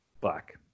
black